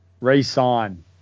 Resign